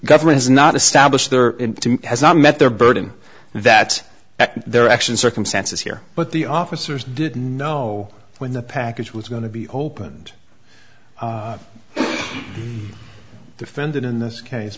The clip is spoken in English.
government is not established there has not met their burden that their actions circumstances here but the officers did know when the package was going to be opened defended in this case